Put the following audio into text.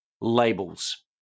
labels